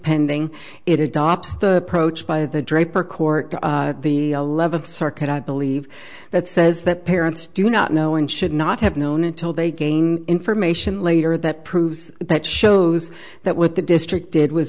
pending it adopts the pro choice by the draper court the eleventh circuit i believe that says that parents do not know should not have known until they gain information later that proves that shows that what the district did was